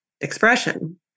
expression